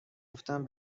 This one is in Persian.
گفتم